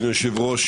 אדוני היושב-ראש,